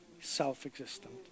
self-existent